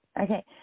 okay